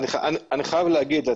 אני חייב להגיד.